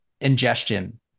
ingestion